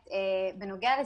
גם לך וגם לבעלך.